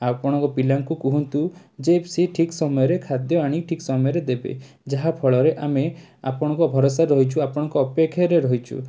ଆପଣଙ୍କ ପିଲାଙ୍କୁ କୁହନ୍ତୁ ଯେ ସେ ଠିକ୍ ସମୟରେ ଖାଦ୍ୟ ଆଣି ଠିକ୍ ସମୟରେ ଦେବେ ଯାହାଫଳରେ ଆମେ ଆପଣଙ୍କ ଭରସାରେ ରହିଛୁ ଆପଣଙ୍କ ଅପେକ୍ଷାରେ ରହିଛୁ